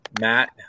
Matt